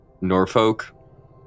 Norfolk